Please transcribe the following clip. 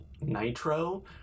Nitro